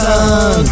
Sun